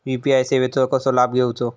UPI सेवाचो कसो लाभ घेवचो?